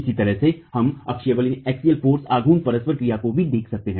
इसी तरह से हम अक्षीय बल आघूर्ण परस्पर क्रिया को भी देख सकते हैं